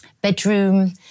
bedroom